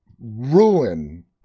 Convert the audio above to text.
ruin